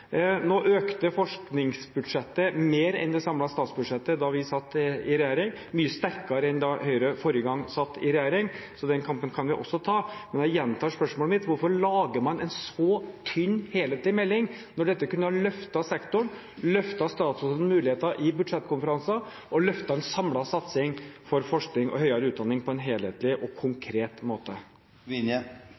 Nå økte forskningsbudsjettet mer enn det samlede statsbudsjettet da vi satt i regjering, mye sterkere enn da Høyre forrige gang satt i regjering, så den kampen kan vi også ta, men jeg gjentar spørsmålet mitt: Hvorfor lager man en så tynn helhetlig melding når dette kunne ha løftet sektoren, løftet statsrådens muligheter i budsjettkonferanser og løftet en samlet satsing for forskning og høyere utdanning på en helhetlig og konkret måte?